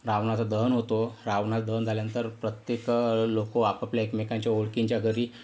रावणाचं दहन होतं रावणाचं दहन झाल्यानंतर प्रत्येक लोक आपापल्या एकमेकांच्या ओळखीच्या घरी